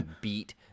Beat